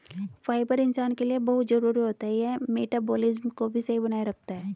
fibre इंसान के लिए बहुत जरूरी होता है यह मटबॉलिज़्म को भी सही बनाए रखता है